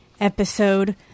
episode